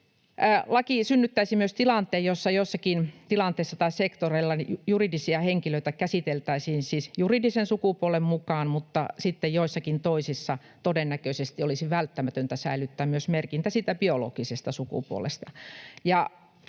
Laki synnyttäisi myös tilanteen, jossa joissakin tilanteissa tai sektoreilla henkilöitä käsiteltäisiin siis juridisen sukupuolen mukaan mutta sitten joissakin toisissa todennäköisesti olisi välttämätöntä säilyttää myös merkintä siitä biologisesta sukupuolesta,